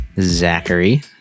Zachary